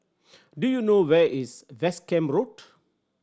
do you know where is West Camp Road